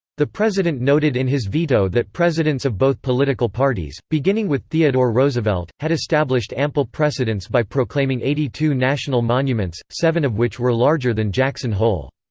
the president noted in his veto that presidents of both political parties, beginning with theodore roosevelt, had established ample precedents by proclaiming eighty two national monuments, seven of which were larger than jackson hole.